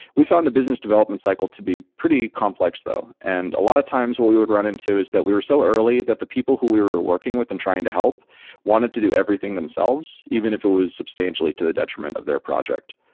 we've found the business development cycle to be pretty complex though, and a lot of times what we would run into is that we were so early that the people who we were working with and trying to help wanted to do everything themselves even if it was substantially to the detriment of their project.